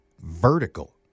vertical